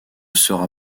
sera